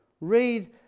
read